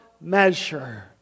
measure